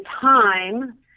time